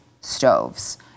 stoves